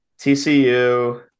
TCU